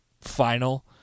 final